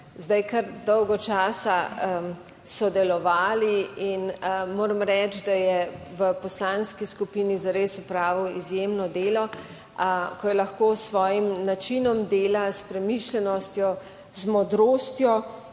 zdaj kar dolgo časa sodelovali in moram reči, da je v poslanski skupini zares opravil izjemno delo, ko je lahko s svojim načinom dela, s premišljenostjo, z modrostjo